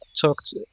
talked